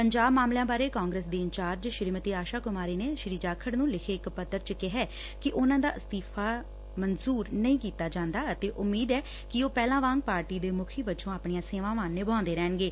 ਪੰਜਾਬ ਮਾਮਲਿਆਂ ਬਾਰੇ ਕਾਂਗਰਸ ਦੀ ਇੰਚਾਰਜ ਸ੍ਰੀਮਤੀ ਆਸ਼ਾ ਕੁਮਾਰੀ ਨੇ ਸ੍ਰੀ ਜਾਖੜ ਨੂੰ ਲਿਖੇ ਪੱਤਰ ਚ ਕਿਹੈ ਕਿ ਉਨੂਾ ਦਾ ਅਸਤੀਫ਼ਾ ਮਨਜੂਰ ਨਹੀਂ ਕੀਤਾ ਜਾਂਦਾ ਅਤੇ ਉਮੀਦ ਐ ਕਿ ਉਹ ਪਹਿਲਾਂ ਵਾਂਗ ਪਾਰਟੀ ਦੇ ਮੁਖੀ ਵਜੋਂ ਆਪਣੀਆਂ ਸੇਵਾਵਾਂ ਨਿਭਾਉਦੇ ਰਹਿਣਗੇ